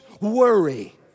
worry